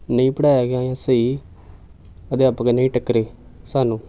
ਨਹੀਂ ਪੜ੍ਹਾਇਆ ਗਿਆ ਜਾਂ ਸਹੀ ਅਧਿਆਪਕ ਨਹੀਂ ਟੱਕਰੇ ਸਾਨੂੰ